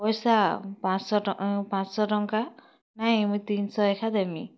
ପଏସା ପାଁ'ଶହ ଟଙ୍କା ପାଁ'ଶହ ଟଙ୍କା ନାଇଁ ମୁଇଁ ତିନ୍ଶହ ଏକା ଦେମି